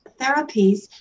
therapies